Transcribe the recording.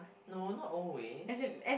no not always